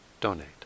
donate